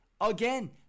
Again